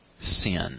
sin